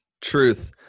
Truth